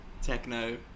Techno